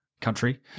country